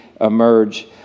emerge